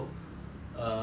um